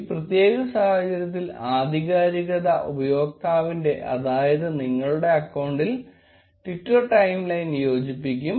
ഈ പ്രത്യേക സാഹചര്യത്തിൽ ആധികാരിക ഉപയോക്താവിന്റെ അതായത് നിങ്ങളുടെ അക്കൌണ്ടിൽ ട്വിറ്റർ ടൈംലൈൻ യോജിപ്പിക്കും